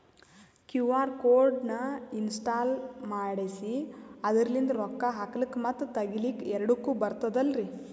QR code ನ install ಮಾಡೆಸಿ ಅದರ್ಲಿಂದ ರೊಕ್ಕ ಹಾಕ್ಲಕ್ಕ ಮತ್ತ ತಗಿಲಕ ಎರಡುಕ್ಕು ಬರ್ತದಲ್ರಿ?